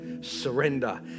surrender